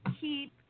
keep